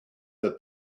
her